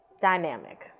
dynamic